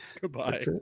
goodbye